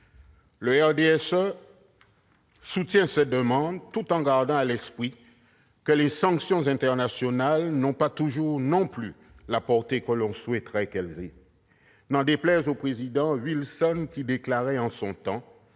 Le RDSE soutient cette demande, tout en gardant à l'esprit que les sanctions internationales n'ont pas toujours non plus la portée que l'on souhaiterait, n'en déplaise au président Wilson, qui déclarait en son temps